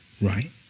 right